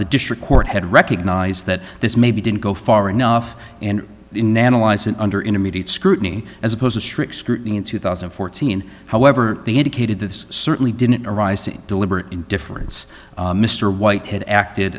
the district court had recognized that this maybe didn't go far enough and in analyze it under intermediate scrutiny as opposed to strict scrutiny in two thousand and fourteen however they indicated this certainly didn't arise to deliberate indifference mr white had acted